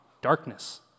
darkness